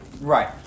Right